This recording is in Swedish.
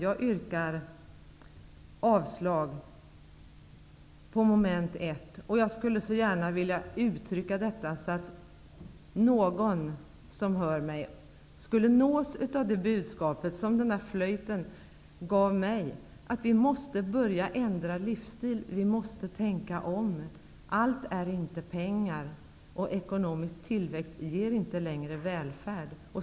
Jag yrkar avslag beträffande mom. 1 i utskottets hemställan. Jag skulle så gärna vilja uttrycka mig så, att den som hör mig nås av det budskap som nämnda flöjt gav mig, nämligen att vi måste börja ändra vår livsstil. Vi måste tänka om. Pengar är inte allt, och ekonomisk tillväxt ger inte längre välfärd.